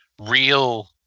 real